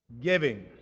giving